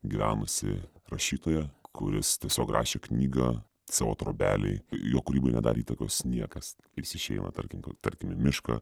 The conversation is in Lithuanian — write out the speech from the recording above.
gyvenusį rašytoją kuris tiesiog rašė knygą savo trobelėj jo kūrybai nedarė įtakos niekas ir jis išeina tarkim tarkim į mišką